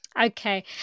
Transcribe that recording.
Okay